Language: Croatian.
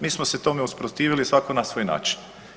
Mi smo se tome usprotivili svako na svoj način.